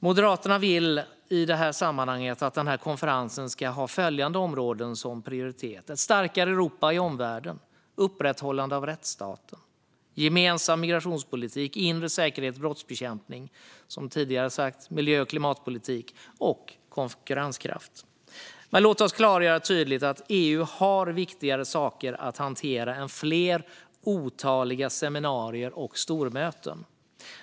Moderaterna vill i detta sammanhang att konferensen ska ha följande områden som prioritet: ett starkare Europa i omvärlden, upprätthållande av rättsstaten, gemensam migrationspolitik, inre säkerhet och brottsbekämpning, miljö och klimatpolitik och konkurrenskraft. Men låt oss tydligt klargöra att EU har viktigare saker att hantera än otaliga fler seminarier och stormöten.